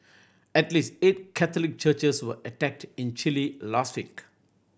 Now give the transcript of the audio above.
at least eight Catholic churches were attacked in Chile last week